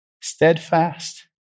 steadfast